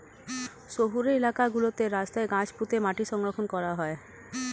শহুরে এলাকা গুলোতে রাস্তায় গাছ পুঁতে মাটি সংরক্ষণ করা হয়